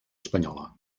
espanyola